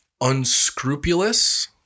unscrupulous